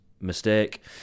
mistake